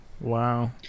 Wow